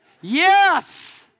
Yes